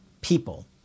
people